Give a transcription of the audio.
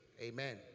Amen